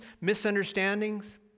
misunderstandings